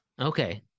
Okay